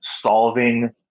solving